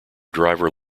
driver